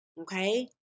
Okay